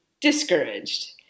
discouraged